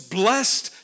blessed